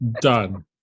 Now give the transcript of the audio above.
Done